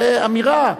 זה אמירה,